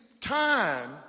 time